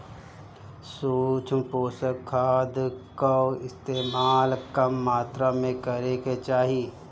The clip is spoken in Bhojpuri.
सूक्ष्म पोषक खाद कअ इस्तेमाल कम मात्रा में करे के चाही